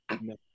No